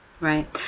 Right